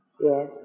Yes